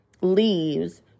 leaves